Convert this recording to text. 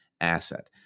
asset